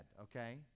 okay